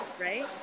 Right